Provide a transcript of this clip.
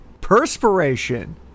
perspiration